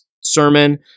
sermon